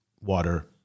water